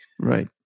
Right